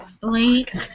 Blake